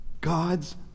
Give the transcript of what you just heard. God's